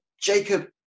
jacob